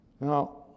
Now